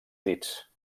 dits